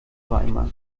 weimar